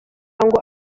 ngo